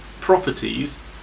properties